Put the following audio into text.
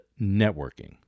networking